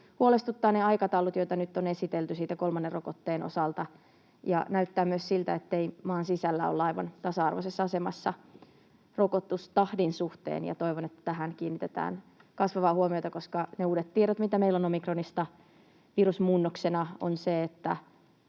huolestuttavat ne aikataulut, joita nyt on esitelty kolmannen rokotteen osalta. Näyttää myös siltä, ettei maan sisällä olla aivan tasa-arvoisessa asemassa rokotustahdin suhteen. Toivon, että tähän kiinnitetään kasvavaa huomiota, koska uudet tiedot omikronista virusmuunnoksena ovat, että